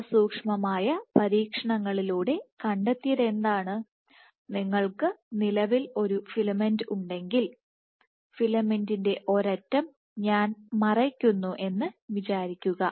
സസൂക്ഷ്മമായ പരീക്ഷണങ്ങളിലൂടെ കണ്ടെത്തിയതെന്താണ് നിങ്ങൾക്ക് നിലവിൽ ഒരു ഫിലമെന്റ് ഉണ്ടെങ്കിൽ ഫിലമെന്റിന്റെ ഒരറ്റം ഞാൻ മറയ്ക്കുന്നു എന്ന് വിചാരിക്കുക